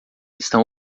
estão